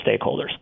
stakeholders